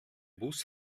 bus